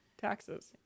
taxes